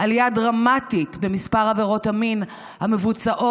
עלייה דרמטית במספר עבירות המין המבוצעות